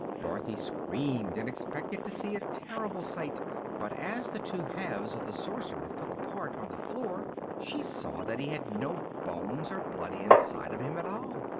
dorothy screamed and expected to see a terrible sight but as the two halves of the sorcerer fell apart on the floor she saw that he had no bones or blood inside of him at all,